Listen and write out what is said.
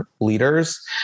leaders